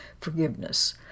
forgiveness